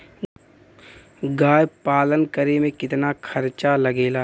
गाय पालन करे में कितना खर्चा लगेला?